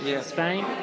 Spain